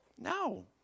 No